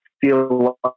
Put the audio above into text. feel